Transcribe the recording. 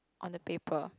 on the paper